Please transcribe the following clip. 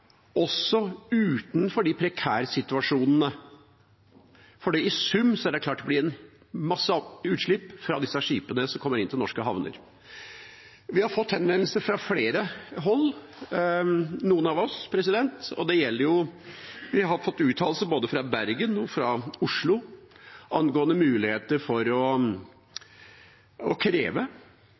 også utenfor de prekære situasjonene, for i sum er det klart at det blir en masse utslipp fra disse skipene som kommer inn til norske havner. Vi har fått henvendelser fra flere hold, noen av oss, vi har fått uttalelse både fra Bergen og fra Oslo angående muligheter for å kreve